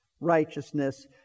righteousness